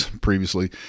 previously